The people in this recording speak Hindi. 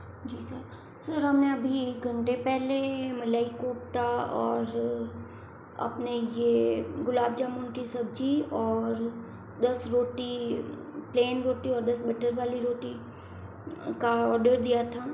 जी सर सर हमने अभी घंटे पहले मलई कोफ़्ता और अपने ये गुलाब जामुन की सब्ज़ी और दस रोटी प्लेन रोटी और दस बटर वाली रोटी का ऑर्डर दिया था